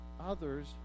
others